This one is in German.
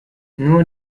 nur